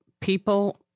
people